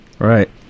Right